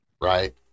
right